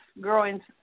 growing